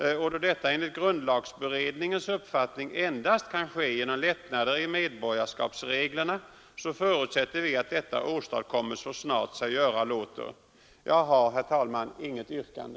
Då detta enligt grundlagberedningens uppfattning kan möjliggöras endast genom lättnader i medborgarskapsreglerna förutsätter vi att sådana åstadkommes så snart sig göra låter. Jag har, herr talman, inget yrkande.